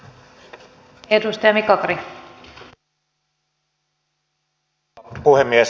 arvoisa rouva puhemies